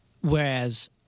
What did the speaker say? Whereas –